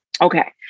Okay